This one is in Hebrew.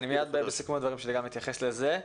מיד בסיכום הדברים שלי גם אתייחס לזה.